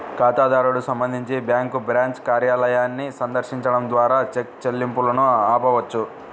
ఖాతాదారుడు సంబంధించి bank branch కార్యాలయాన్ని సందర్శించడం ద్వారా చెక్ చెల్లింపును ఆపవచ్చు